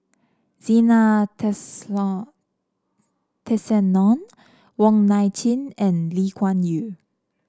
Zena Tessensohn Wong Nai Chin and Lee Kuan Yew